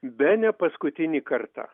bene paskutinį kartą